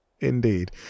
indeed